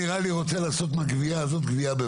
אתה, נראה לי, רוצה לעשות מהגבייה הזאת גווייה.